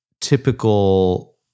typical